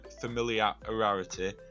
familiarity